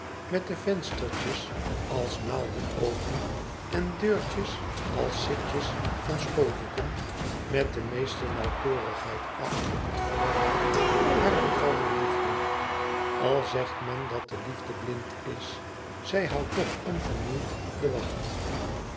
met de venstertjes als naaldenoogen en deurtjes als sitsjes van schoolboeken met de meeste nauwkeurigheid acht op het voorwerp harer kalme liefde al zegt men dat de liefde blind is zij houdt toch onvermoeid de wacht